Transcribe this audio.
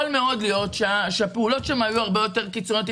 יכול מאוד להיות שהפעולות שם יהיו הרבה יותר קיצוניות.